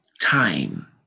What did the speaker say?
time